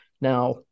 Now